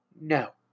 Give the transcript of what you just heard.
No